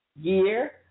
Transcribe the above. year